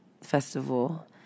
festival